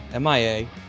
MIA